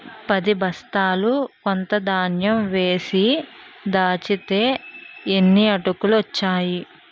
పదిబొస్తాల కొత్త ధాన్యం వేచి దంచితే యిన్ని అటుకులు ఒచ్చేయి